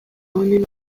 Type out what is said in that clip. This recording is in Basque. honen